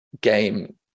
game